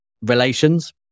relations